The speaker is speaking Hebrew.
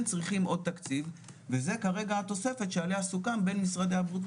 צריכים עוד תקציב וזה כרגע התוספת שעליה סוכם בין משרדי העבודה ו-